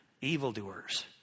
Evildoers